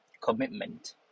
commitment